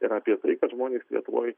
ir apie tai kad žmonės lietuvoj